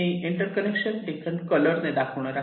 मी interconnection different colour ने दाखवणार आहे